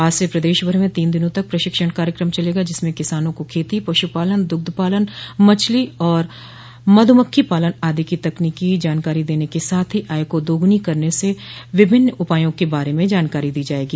आज से प्रदेश भर में तीन दिनों तक प्रशिक्षण कार्यक्रम चलेगा जिसमें किसानों को खेती पशुपालन दुग्ध पालन मछली और मध्मक्खी पालन आदि की तकनीकी जानकारो देने के साथ ही आय को दोगूनी करने के विभिन्न उपायों के बारे में जानकारी दी जायेगी